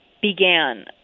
began